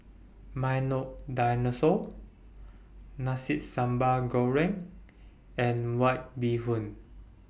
Milo Dinosaur Nasi Sambal Goreng and White Bee Hoon